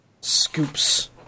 scoops